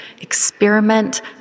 experiment